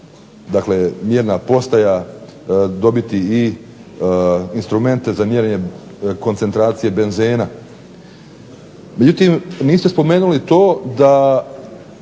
dakle mjerna postaja dobiti i instrumente za mjerenje koncentracije benzena. Međutim, niste spomenuli to da